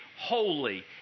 holy